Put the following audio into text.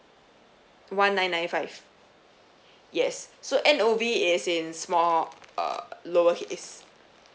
one nine nine five yes so N O V is in small uh lower case